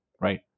right